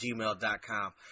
gmail.com